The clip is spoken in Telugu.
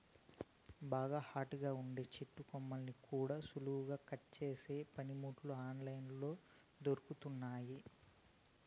బాగా హార్డ్ గా ఉండే చెట్టు కొమ్మల్ని కూడా సులువుగా కట్ చేసే పనిముట్లు ఆన్ లైన్ లో దొరుకుతున్నయ్యి